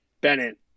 Bennett